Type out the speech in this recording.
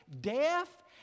deaf